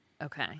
Okay